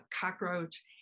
cockroach